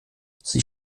sie